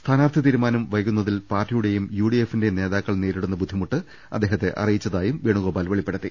സ്ഥാനാർഥി തീരുമാനം വൈകുന്നതിൽ പാർട്ടിയുടെയും യുഡി എഫിന്റെയും നേതാക്കൾ നേരിടുന്ന ബുദ്ധിമുട്ട് അദ്ദേഹത്തെ അറി യിച്ചതായും വേണുഗോപാൽ വെളിപ്പെടുത്തി